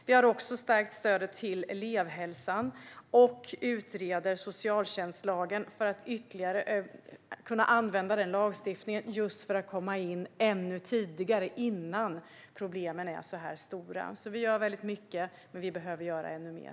Vi har också stärkt stödet till elevhälsan och utreder socialtjänstlagen för att ytterligare kunna använda den lagstiftningen just för att komma in ännu tidigare, innan problemen är så här stora. Så vi gör väldigt mycket, men vi behöver göra ännu mer.